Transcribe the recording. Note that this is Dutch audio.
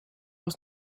was